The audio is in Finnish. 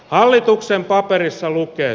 hallituksen paperissa lukee